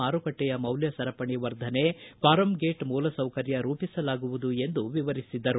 ಮಾರುಕಟ್ಟೆಯ ಮೌಲ್ಯ ಸರಪಣಿ ವರ್ಧನೆ ಫಾರಂ ಗೇಟ್ ಮೂಲಸೌಕರ್ಯ ರೂಪಿಸಲಾಗುವುದು ಎಂದು ವಿವರಿಸಿದರು